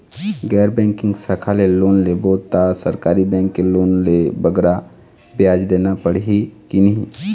गैर बैंकिंग शाखा ले लोन लेबो ता सरकारी बैंक के लोन ले बगरा ब्याज देना पड़ही ही कि नहीं?